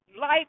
life